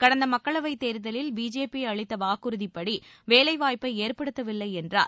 கடந்த மக்களவைத் தேர்தலில் பிஜேபி அளித்த வாக்குறதிப்படி வேலைவாய்ப்பை ஏற்படுத்தவில்லை என்றார்